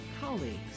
colleagues